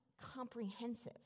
comprehensive